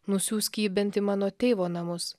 nusiųsk jį bent į mano tėvo namus